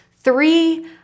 Three